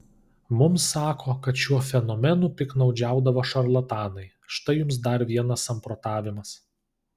mums sako kad šiuo fenomenu piktnaudžiaudavo šarlatanai štai jums dar vienas samprotavimas